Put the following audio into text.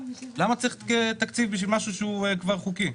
למה צריך תקציב בשביל משהו שהוא כבר חוקי?